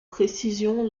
précision